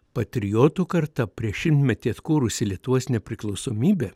patriotų karta prieš šimtmetį atkūrusi lietuvos nepriklausomybę